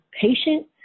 patient